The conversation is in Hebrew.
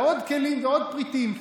על עוד כלים ועוד פריטים.